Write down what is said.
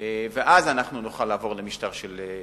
ואז נוכל לעבור למשטר של רשיונות.